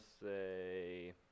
say